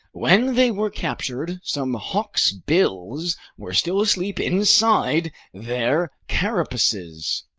when they were captured, some hawksbills were still asleep inside their carapaces,